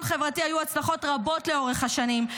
חברתי היו הצלחות רבות לאורך השנים,